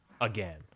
again